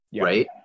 Right